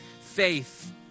faith